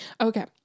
Okay